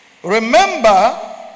Remember